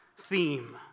theme